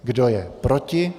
Kdo je proti?